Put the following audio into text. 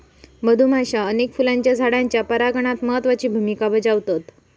मधुमाश्या अनेक फुलांच्या झाडांच्या परागणात महत्त्वाची भुमिका बजावतत